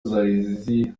zari